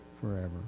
forever